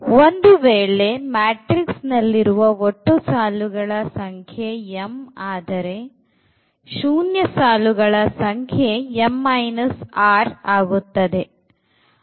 ಒಂದು ವೇಳೆ ಮ್ಯಾಟ್ರಿಕ್ಸ್ ನಲ್ಲಿರುವ ಒಟ್ಟು ಸಾಲುಗಳ ಸಂಖ್ಯೆ m ಆದರೆ ಶೂನ್ಯ ಸಾಲುಗಳ ಸಂಖ್ಯೆ m r ಆಗುತ್ತದೆ